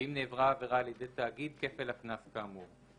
ואם נעברה עבירה על-ידי תאגיד, כפל הקנס כאמור.